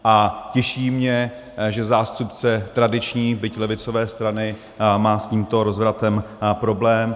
A těší mě, že zástupce tradiční, byť levicové strany má s tímto rozvratem problém.